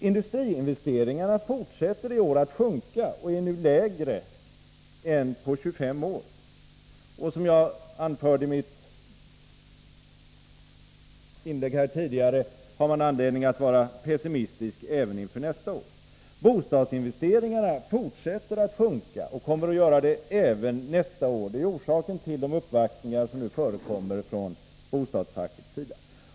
Industriinvesteringarna fortsätter i år att sjunka och är nu lägre än på 25 år, och som jag anförde tidigare har man anledning att vara pessimistisk även inför nästa år. Bostadsinvesteringarna fortsätter att sjunka och kommer att göra det även nästa år. Det är orsaken till de uppvaktningar som nu förekommer från bostadsfackets sida.